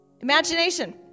imagination